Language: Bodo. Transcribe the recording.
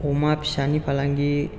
अमा फिसानि फालांगि